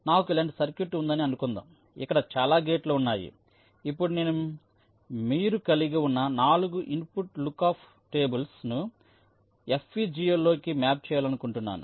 నాకు ఇలాంటి సర్క్యూట్ ఉందని అనుకుందాం ఇక్కడ చాలా గేట్లు ఉన్నాయి ఇప్పుడు నేను మీరు కలిగి ఉన్న 4 ఇన్పుట్ లుక్అప్ టేబుల్స్ ను FPGA లోకి మ్యాప్ చేయాలనుకుంటున్నాను